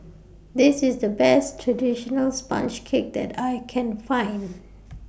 This IS The Best Traditional Sponge Cake that I Can Find